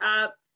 up